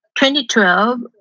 2012